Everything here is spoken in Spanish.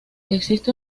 existe